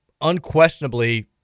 unquestionably